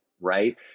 right